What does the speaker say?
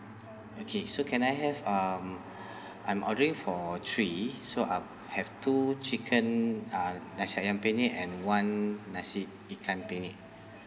okay so can I have um I'm ordering for three so I'll have two chicken uh nasi ayam penyet and one nasi ikan penyet